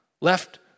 left